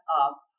up